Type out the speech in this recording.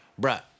Bruh